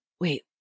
wait